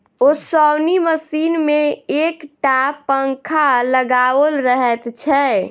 ओसौनी मशीन मे एक टा पंखा लगाओल रहैत छै